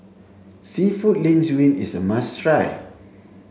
seafood Linguine is a must try